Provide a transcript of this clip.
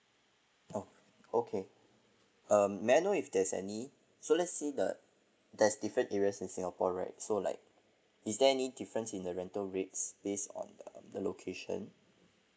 oh okay may I know if there's any so let's see the there's different areas in singapore right so like is there any difference in the rental rates based on the location